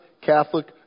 Catholic